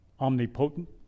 Omnipotent